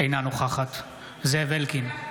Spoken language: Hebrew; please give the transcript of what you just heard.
אינה נוכחת זאב אלקין,